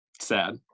sad